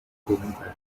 back